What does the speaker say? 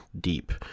deep